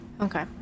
Okay